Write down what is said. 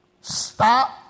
Stop